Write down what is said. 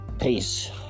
peace